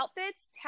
outfits